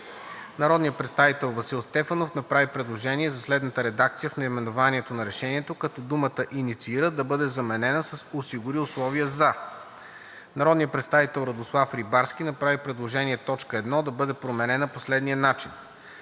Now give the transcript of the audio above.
Народният представител Васил Стефанов направи предложение за следната редакция в наименованието на Решението, като думата „инициира“ да бъде заменена с „осигури условия за“. Народният представител Радослав Рибарски направи предложение т. 1 да бъде променена по следния начин: